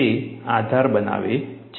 તે આધાર બનાવે છે